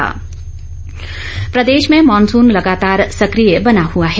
मौसम प्रदेश में मॉनसून लगातार सकिय बना हुआ है